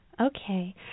okay